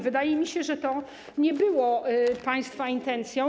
Wydaje mi się, że to nie było państwa intencją.